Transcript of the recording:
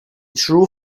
true